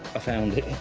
found it.